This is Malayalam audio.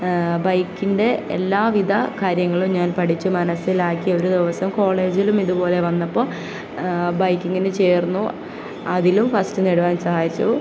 ബൈക്കിൻ്റെ എല്ലാവിധ കാര്യങ്ങളും ഞാൻ പഠിച്ചു മനസ്സിലാക്കി ഒരു ദിവസം കോളേജിലും ഇതുപോലെ വന്നപ്പോൾ ബൈക്കിങ്ങിന് ചേർന്നു അതിലും ഫസ്റ്റ് നേടുവാൻ സഹായിച്ചു